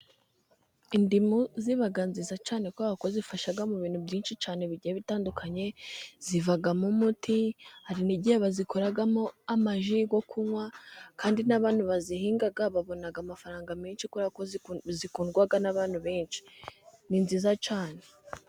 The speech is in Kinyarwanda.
Indimu ziba nziza cyane. Kuko zifasha mu bintu byinshi cyane bitandukanye. Zivamo umuti hari n'igihe bazikoramo amaji yo kunywa. Kandi n'abantu bazihinga babona amafaranga menshi. Kubera zikundwa n'abantu benshi ni nziza cyane.